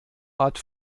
art